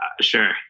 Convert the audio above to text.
sure